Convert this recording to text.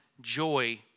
joy